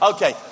Okay